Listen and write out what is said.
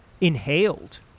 inhaled